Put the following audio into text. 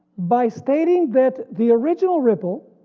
by stating that the original ripple